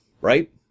right